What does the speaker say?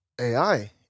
AI